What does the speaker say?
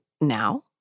now